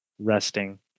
resting